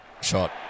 Shot